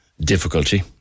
difficulty